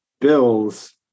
Bills